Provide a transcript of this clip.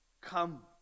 come